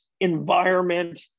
environment